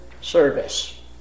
service